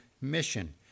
mission